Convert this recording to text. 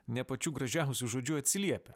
ne pačiu gražiausiu žodžiu atsiliepia